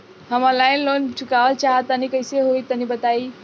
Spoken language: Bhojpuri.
हम आनलाइन लोन चुकावल चाहऽ तनि कइसे होई तनि बताई?